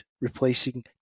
replacing